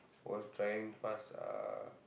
was driving past uh